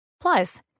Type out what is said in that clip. Plus